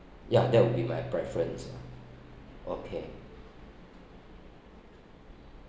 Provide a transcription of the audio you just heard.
ya that would be my preference lah okay